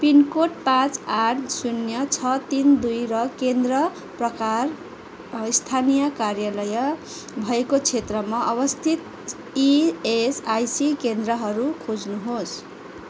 pin code पाचँ आठ शून्य छ तिन दुई र केन्द्र प्रकार स्थानीय कार्यालय भएको क्षेत्रमा अवस्थित इएसआइसी केन्द्रहरू खोज्नुहोस्